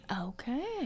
Okay